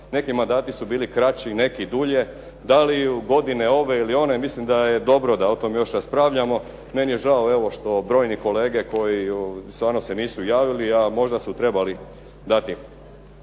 Neki mandati su bili kraći, neki dulje. Da li godine ove ili one. Mislim da je dobro da o tom još raspravljamo. Meni je žao evo što brojni kolege koji stvarno se nisu javili, a možda su trebali dati.